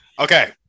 Okay